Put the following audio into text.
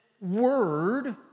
Word